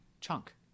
chunk